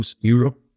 Europe